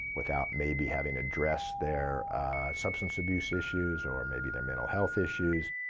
without maybe having addressed their substance abuse issues, or maybe their mental health issues,